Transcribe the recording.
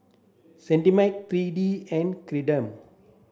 Cetrimide three T and Ceradan